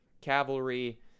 Cavalry